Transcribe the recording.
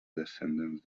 descendents